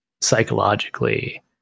psychologically